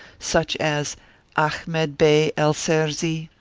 such as ahmed bey el serzi,